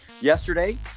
yesterday